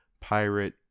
pirate